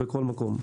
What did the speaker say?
בכל מקום.